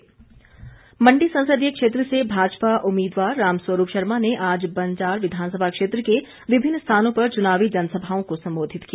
रामस्वरूप मंडी संसदीय क्षेत्र से भाजपा उम्मीदवार रामस्वरूप शर्मा ने आज बंजार विधानसभा क्षेत्र के विभिन्न स्थानों पर चुनावी जनसभाओं को संबोधित किया